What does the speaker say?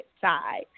side